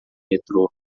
metrô